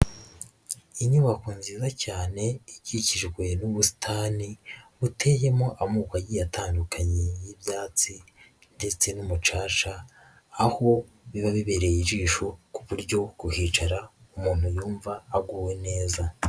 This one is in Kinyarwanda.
Inyubako nziza cyane ikikijwe n'ubusitani, buteyemo amoko agiye atandukanye y'ibyatsi ndetse n'umucaca, aho biba bibereye ijisho, ku buryo kuhicara umuntu yumva aguwe neza.